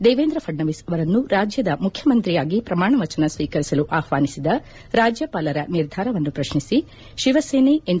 ದೇವೇಂದ್ರ ಫಡ್ನವೀಸ್ ಅವರನ್ನು ರಾಜ್ಯದ ಮುಖ್ಯಮಂತ್ರಿಯಾಗಿ ಪ್ರಮಾಣವಚನ ಸ್ವೀಕರಿಸಲು ಆಹ್ವಾನಿಸಿದ ರಾಜ್ಯಪಾಲರ ನಿರ್ಧಾರವನ್ನು ಪ್ರಶ್ನಿಸಿ ಶಿವಸೇನೆ ಎನ್